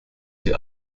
die